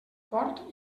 fort